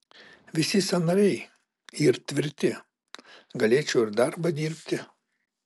visi sąnariai yr tvirti galėčiau ir darbą dirbti